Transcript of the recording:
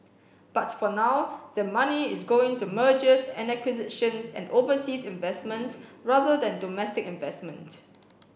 but for now their money is going to mergers and acquisitions and overseas investment rather than domestic investment